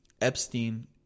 Epstein